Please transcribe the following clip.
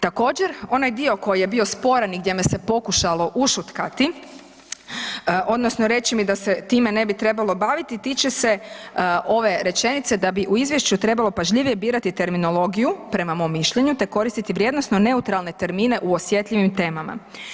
Također onaj dio koji je bio sporan i gdje me se pokušalo ušutkati odnosno reći mi da se time ne bi trebalo baviti tiče se ove rečenice „da bi u Izvješću trebalo pažljivije birati terminologiju“ prema mom mišljenju, „te koristit vrijednosno neutralne termine u osjetljivim temama“